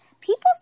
People